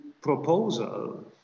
proposal